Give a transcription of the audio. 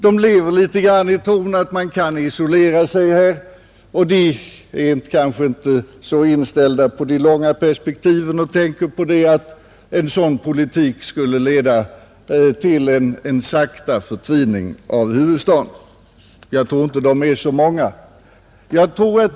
De lever litet grand i tron att man kan isolera sig här, och de är kanske inte helt inställda på de långa perspektiven och tänker inte på att en sådan politik skulle leda till en sakta förtvining av huvudstaden. Jag tror inte de är så många.